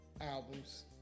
albums